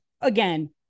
again